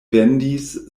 vendis